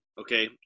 okay